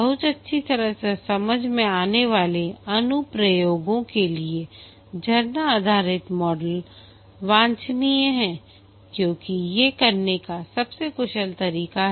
बहुत अच्छी तरह से समझ में आने वाले अनुप्रयोगों के लिए झरना आधारित मॉडल वांछनीय हैं क्योंकि ये करने का सबसे कुशल तरीका है